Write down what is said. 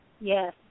Yes